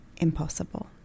impossible